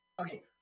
Okay